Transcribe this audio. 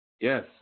Yes